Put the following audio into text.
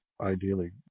ideally